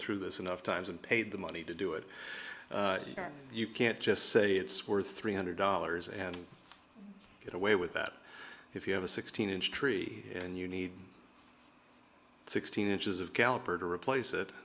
through this enough times and paid the money to do it you can't just say it's worth three hundred dollars and get away with that if you have a sixteen inch tree and you need sixteen inches of caliper to replace it